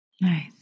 nice